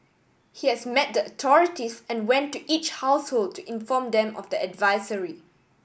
he has met the authorities and went to each household to inform them of the advisory